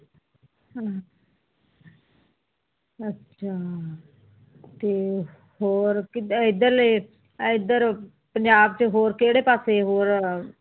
ਹਮ ਅੱਛਾ ਅਤੇ ਹੋਰ ਕਿੱਦਾਂ ਇੱਧਰਲੇ ਇੱਧਰ ਪੰਜਾਬ 'ਚ ਹੋਰ ਕਿਹੜੇ ਪਾਸੇ ਹੋਰ